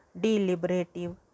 deliberative